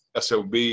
SOB